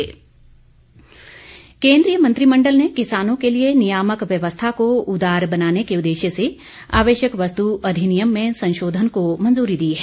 केंद्रीय मंत्रिमंडल केंद्रीय मंत्रिमंडल ने किसानों के लिए नियामक व्यवस्था को उदार बनाने के उद्रेश्य से आवश्यक वस्त् अधिनियम में संशोधन को मंजूरी दी है